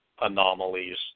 anomalies